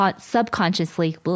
subconsciously